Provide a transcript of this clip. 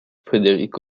frédéric